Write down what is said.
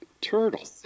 turtle